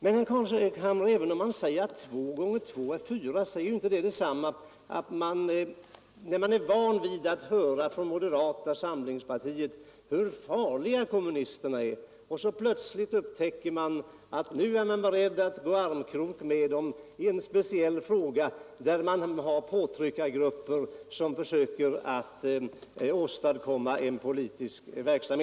Och när man är 29 november 1972 van vid att höra från moderata samlingspartiet hur farliga kommunisterna ———— är och plötsligt upptäcker att moderaterna är beredda att gå armkrok Ändring i sjukvårdsmed dem i en speciell fråga där vissa grupper trycker på, blir man litet lagstiftningen, m.m. förvånad.